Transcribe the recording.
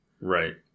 Right